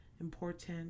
important